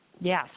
yes